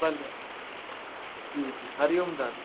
भले जी जी हरि ओम दादी